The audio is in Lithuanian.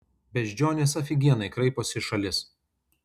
beždžionės afigienai kraiposi į šalis